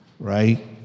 Right